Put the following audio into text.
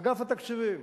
אגף התקציבים,